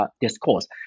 discourse